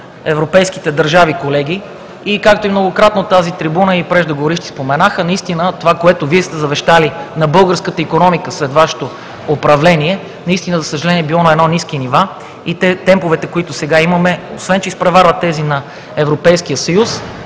европейските държави, колеги. И както многократно от тази трибуна и преждеговорившите споменаха, наистина това, което Вие сте завещали на българската икономика след Вашето управление, за съжаление, е било на ниски нива и темповете, които сега имаме, освен че изпреварват тези на Европейския съюз,